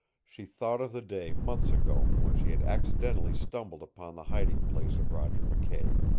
she thought of the day months ago when she had accidentally stumbled upon the hiding-place of roger mckay.